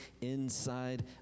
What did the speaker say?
inside